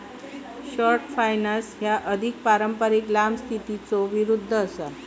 short finance ह्या अधिक पारंपारिक लांब स्थितीच्यो विरुद्ध असा